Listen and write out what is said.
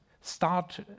start